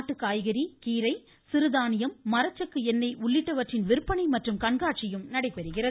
நாட்டுக் காய்கறி கீரை சிறுதானியம் மரச்செக்கு எண்ணெய் உள்ளிட்டவற்றின் விற்பனை மற்றும் கண்காட்சியும் நடைபெறுகிறது